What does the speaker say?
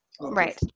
Right